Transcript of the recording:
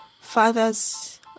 fathers